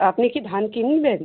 আপনি কি ধান কিনবেন